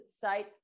site